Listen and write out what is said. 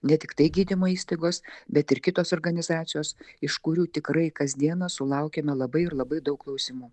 ne tiktai gydymo įstaigos bet ir kitos organizacijos iš kurių tikrai kasdieną sulaukiame labai ir labai daug klausimų